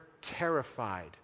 terrified